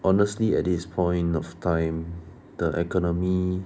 honestly at this point of time the economy